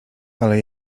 ale